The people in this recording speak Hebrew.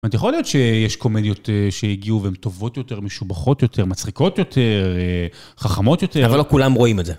זאת אומרת, יכול להיות שיש קומדיות שהגיעו והן טובות יותר, משובחות יותר, מצחיקות יותר, חכמות יותר. אבל לא כולם רואים את זה.